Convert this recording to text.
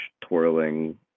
twirling